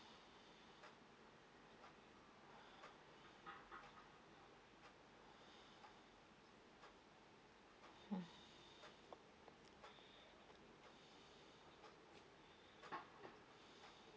mm